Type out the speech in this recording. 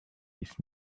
his